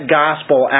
gospel